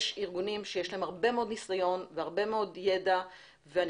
יש ארגונים שיש להם הרבה מאוד ניסיון והרבה מאוד ידע ואני